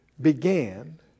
Began